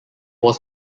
was